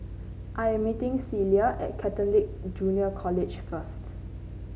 I'm meeting Celia at Catholic Junior College first